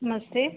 नमस्ते